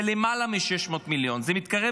זה למעלה מ-600 מיליון, זה מתקרב